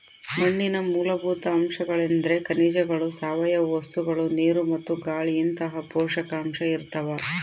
ಮಣ್ಣಿನ ಮೂಲಭೂತ ಅಂಶಗಳೆಂದ್ರೆ ಖನಿಜಗಳು ಸಾವಯವ ವಸ್ತುಗಳು ನೀರು ಮತ್ತು ಗಾಳಿಇಂತಹ ಪೋಷಕಾಂಶ ಇರ್ತಾವ